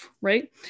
right